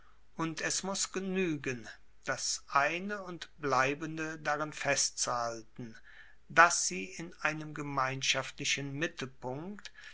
und es muss genuegen das eine und bleibende darin festzuhalten dass sie in einem gemeinschaftlichen mittelpunkt